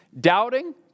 Doubting